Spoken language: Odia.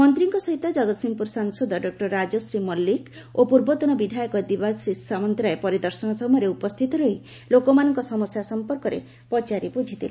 ମନ୍ତୀଙ୍କ ସହିତ ଜଗତସିଂହପୁର ସାଂସଦ ଡଃ ରାଜଶ୍ରୀ ମଲ୍କିକ ଓ ପୂର୍ବତନ ବିଧାୟକ ଦେବାଶିଷ ସାମନ୍ତରାୟ ପରିଦର୍ଶନ ସମୟରେ ଉପସ୍ତିତ ରହି ଲୋକମାନଙ୍କ ସମସ୍ୟା ସମ୍ପର୍କରେ ପଚାରି ବୁଝିଥିଲେ